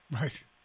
right